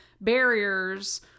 barriers